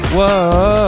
Whoa